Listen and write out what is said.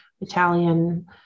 italian